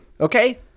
okay